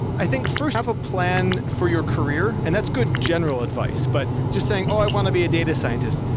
i think, first have a plan for your career, and that's good general advice, but just saying, oh, i want to be a data scientist.